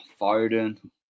Foden